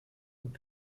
und